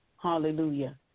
hallelujah